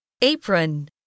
Apron